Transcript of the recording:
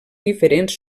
diferents